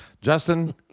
Justin